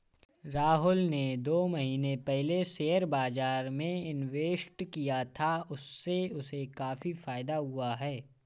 राहुल ने दो महीने पहले शेयर बाजार में इन्वेस्ट किया था, उससे उसे काफी फायदा हुआ है